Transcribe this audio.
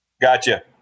Gotcha